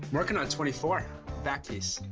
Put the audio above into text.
working on twenty four back piece.